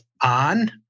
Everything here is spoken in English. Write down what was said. on